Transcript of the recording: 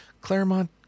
claremont